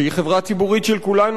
שהיא חברה ציבורית של כולנו,